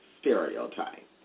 stereotype